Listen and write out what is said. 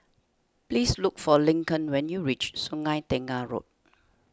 please look for Lincoln when you reach Sungei Tengah Road